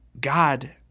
God